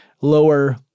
lower